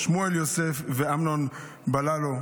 שמואל יוסף ואמנון בלולו.